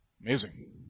Amazing